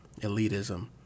elitism